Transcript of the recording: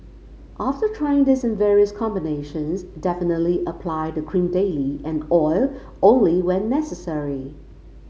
after trying this in various combinations definitely apply the cream daily and oil only when necessary